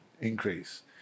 increase